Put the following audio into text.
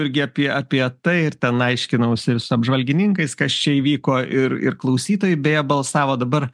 irgi apie apie tai ir ten aiškinausi su apžvalgininkais kas čia įvyko ir ir klausytojai beje balsavo dabar